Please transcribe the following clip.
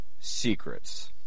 secrets